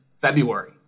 February